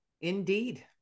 Indeed